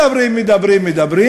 מדברים, מדברים, מדברים,